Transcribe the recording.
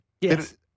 Yes